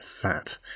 fat